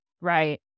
Right